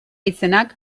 izenak